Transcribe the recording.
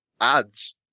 ads